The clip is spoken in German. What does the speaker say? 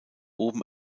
oben